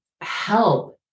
help